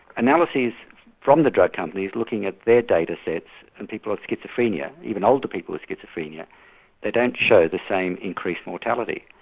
analyses from the drug companies looking at their data sets and people with like schizophrenia even older people with schizophrenia they don't show the same increased mortality.